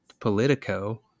Politico